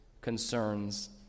concerns